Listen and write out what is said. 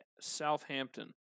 Southampton